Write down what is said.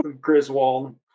Griswold